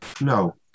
No